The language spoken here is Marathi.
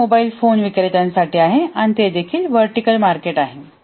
तर ते मोबाइल फोन विक्रेत्यांसाठी आहे आणि ते देखील व्हर्टीकल मार्केट आहे